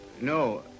No